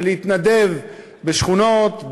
ולהתנדב בשכונות,